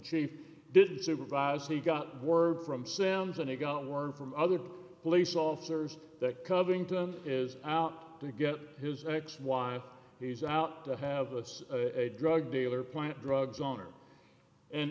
chief did supervise he got word from sam's and he got word from other police officers that covington is out to get his ex wife he's out to have it's a drug dealer plant drugs owner and